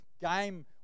game